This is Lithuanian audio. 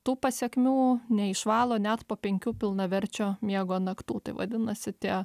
tų pasekmių neišvalo net po penkių pilnaverčio miego naktų tai vadinasi tie